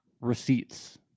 receipts